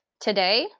today